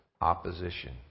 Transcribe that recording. opposition